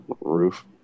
roof